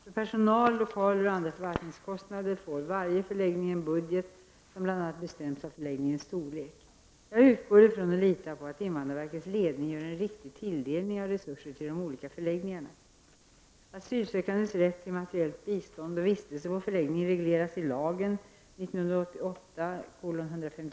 För personal, lokaler och andra förvaltningskostnader får varje förläggning en budget som bl.a. bestäms av förläggningens storlek. Jag utgår från och litar på att invandrarverkets ledning gör en riktig tilldelning av resurser till de olika förläggningarna.